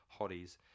hotties